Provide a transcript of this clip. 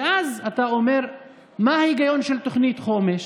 ואז אתה אומר מה ההיגיון של תוכנית חומש.